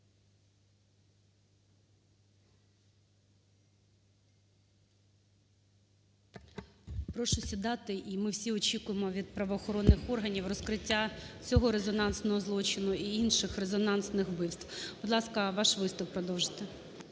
Прошу сідати і ми всі очікуємо від правоохоронних органів розкриття цього резонансного злочину і інших резонансних вбивств. Будь ласка, ваш виступ продовжуйте.